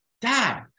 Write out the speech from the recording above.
dad